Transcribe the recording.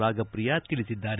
ರಾಗಪ್ರಿಯಾ ತಿಳಿಸಿದ್ದಾರೆ